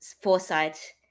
foresight